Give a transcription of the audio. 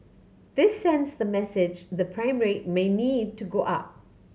this sends the message the prime rate may need to go up